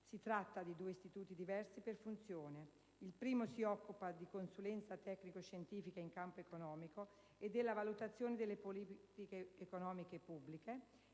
Si tratta di due istituti diversi per funzioni: il primo si occupa di consulenza tecnico-scientifica in campo economico e della valutazione delle politiche economiche pubbliche;